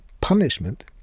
punishment